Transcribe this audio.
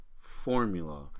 formula